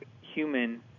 human